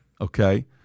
okay